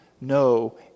no